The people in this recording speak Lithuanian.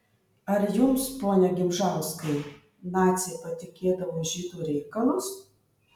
ar jums pone gimžauskai naciai patikėdavo žydų reikalus